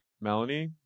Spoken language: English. Melanie